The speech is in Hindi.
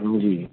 जी